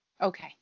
Okay